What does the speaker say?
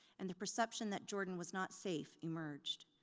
and the perception that jordan was not safe emerged.